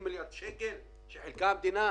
כל מודל שתבנה עכשיו,